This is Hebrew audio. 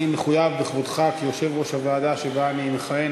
אני מחויב בכבודך כיושב-ראש הוועדה שבה אני מכהן,